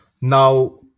now